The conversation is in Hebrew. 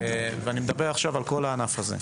אני מדבר עכשיו על כל הענף הזה.